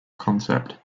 concept